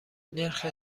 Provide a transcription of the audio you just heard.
نرخ